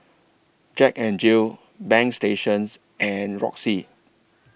Jack N Jill Bagstationz and Roxy